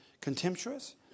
contemptuous